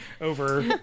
over